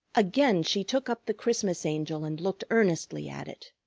again she took up the christmas angel and looked earnestly at it.